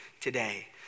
today